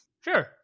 sure